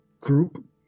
group